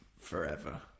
forever